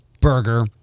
burger